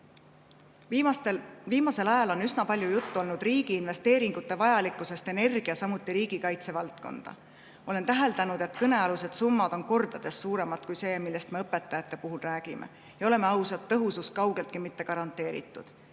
ajal on üsna palju juttu olnud riigi investeeringute vajalikkusest energia-, samuti riigikaitsevaldkonda. Olen täheldanud, et kõnealused summad on kordades suuremad kui see, millest me õpetajate puhul räägime. Ja oleme ausad, tõhusus pole kaugeltki mitte garanteeritud.